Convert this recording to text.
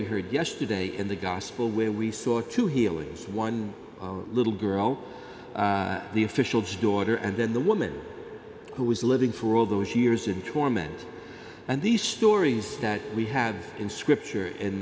we heard yesterday in the gospel where we saw two healings one little girl the official shorter and then the woman who was living for all those years in torment and these stories that we have in scripture